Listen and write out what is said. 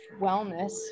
wellness